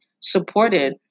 supported